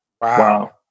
Wow